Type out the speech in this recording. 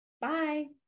Bye